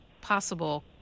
possible